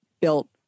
built